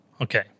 okay